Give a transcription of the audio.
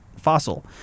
fossil